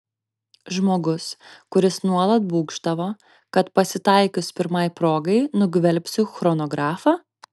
žmogus kuris nuolat būgštavo kad pasitaikius pirmai progai nugvelbsiu chronografą